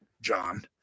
John